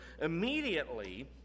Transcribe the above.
immediately